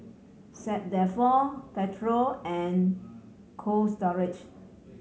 Saint Dalfour Pedro and Cold Storage